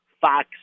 Fox